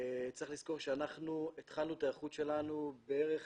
צריך לזכור שאנחנו התחלנו את ההיערכות בערך